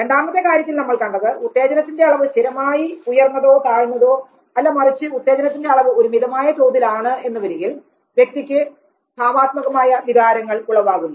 രണ്ടാമത്തെ കാര്യത്തിൽ നമ്മൾ കണ്ടത് ഉത്തേജനത്തിന്റെ അളവ് സ്ഥിരമായി ഉയർന്നതോ താഴ്ന്നതോ അല്ല മറിച്ച് ഉത്തേജനത്തിന്റെ അളവ് ഒരു മിതമായ തോതിൽ ആണ് എന്നുവരികിൽ വ്യക്തിക്ക് ഭാവാത്മകമായ വികാരങ്ങൾ ഉളവാകുന്നു